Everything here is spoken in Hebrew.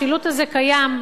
השילוט הזה קיים,